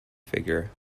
figure